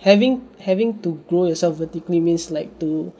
having having to grow yourself vertically means like to